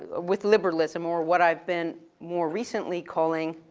with liberalism or what i've been more recently calling